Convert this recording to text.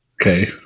okay